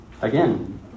Again